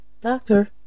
Doctor